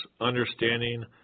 understanding